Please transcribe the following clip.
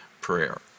prayer